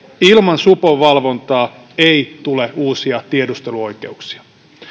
ilman supon valvontaa ei tule uusia tiedusteluoikeuksia